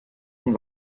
von